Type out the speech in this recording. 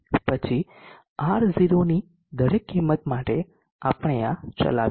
પછી R0 ની દરેક કિંમત માટે આપણે આ ચલાવીશું